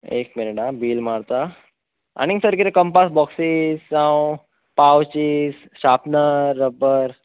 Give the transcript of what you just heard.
एक मिनीट आ बील मारता आनीक कितें सर कंपास बॉक्सिस जावं पावचिस शापनर रब्बर